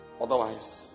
Otherwise